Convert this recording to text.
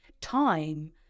time